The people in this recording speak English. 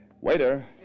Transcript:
Waiter